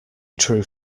truth